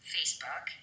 Facebook